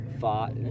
fought